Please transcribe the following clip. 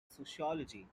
sociology